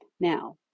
Now